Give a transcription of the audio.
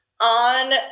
on